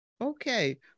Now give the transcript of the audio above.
Okay